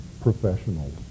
professionals